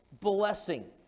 blessing